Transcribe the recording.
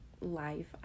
life